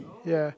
ya